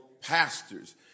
pastors